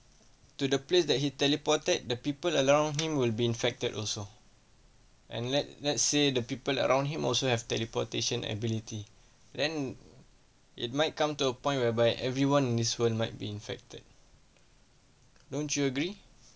to the place that he teleported the people around him will be infected also and let let's say the people around him also have teleportation ability then it might come to a point whereby everyone in this world might be infected don't you agree